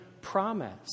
promise